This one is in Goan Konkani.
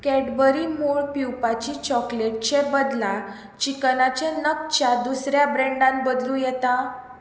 कॅडबरी मूळ पिवपाची चॉकलेटचे बदला चिकनाचे नगाच्या दुसऱ्या ब्रँडान बदलूं येता